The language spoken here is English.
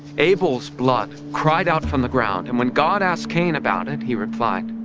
abel's blood cried out from the ground and when god asked cain about it, he replied,